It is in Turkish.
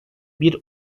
bir